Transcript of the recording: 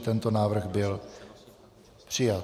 Tento návrh byl přijat.